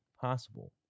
possible